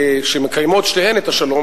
שמקיימות שתיהן את השלום,